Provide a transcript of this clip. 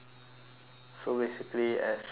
so basically as society